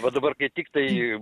va dabar kai tiktai